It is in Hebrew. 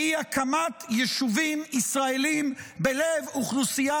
והיא הקמת יישובים ישראליים בלב אוכלוסייה